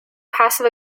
passive